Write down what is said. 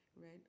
right